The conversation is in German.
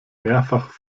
mehrfach